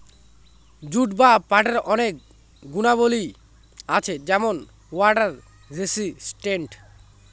jute বা পাটের অনেক গুণাবলী আছে যেমন ওয়াটার রেসিস্টেন্ট